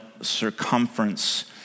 circumference